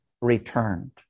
returned